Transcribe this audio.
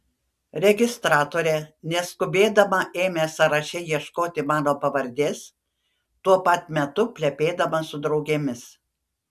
registratorė neskubėdama ėmė sąraše ieškoti mano pavardės tuo pat metu plepėdama su draugėmis